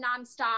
nonstop